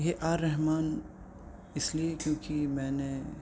اے R Rahman اس لیے کیونکہ میں نے